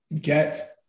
get